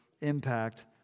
impact